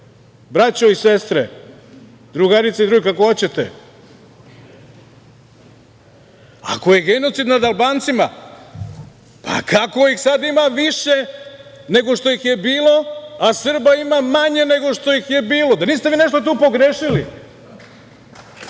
braćo i sestre, drugarice i drugovi, kako hoćete, ako je genocid nad Albancima, kako ih sada ima više nego što ih je bilo, a Srba ima manje nego što ih je bilo? Da niste vi nešto tu pogrešili?U